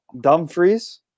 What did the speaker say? Dumfries